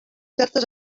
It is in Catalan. certes